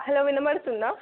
hello వినబడుతుందా